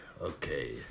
Okay